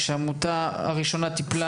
שהעמותה הראשונה טיפלה,